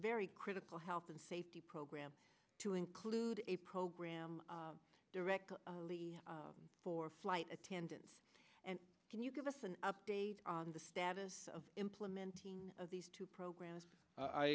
very critical health and safety program to include a program director for flight attendants and can you give us an update on the status of implementing of these two programs i